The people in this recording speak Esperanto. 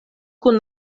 kun